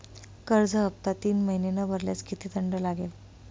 कर्ज हफ्ता तीन महिने न भरल्यास किती दंड लागेल?